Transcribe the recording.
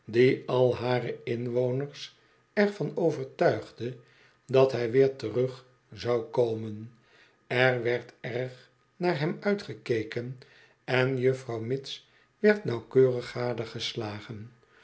al hare inwoners er van overtuigde dat hij weer terug zou komen er werd erg naar hem uitgekeken en juffrouw mitts werd nauwkeurig